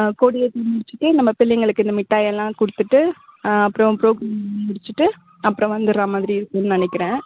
ஆ கொடி ஏற்றி முடிச்சுட்டு நம்ம பிள்ளைங்களுக்கு இந்த மிட்டாய் எல்லாம் கொடுத்துட்டு அப்புறம் ப்ரோக்ராம் முடிச்சுட்டு அப்புறம் வந்துடுறா மாதிரி இருக்கும்னு நினைக்கிறேன்